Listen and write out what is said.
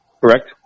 correct